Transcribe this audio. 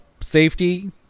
safety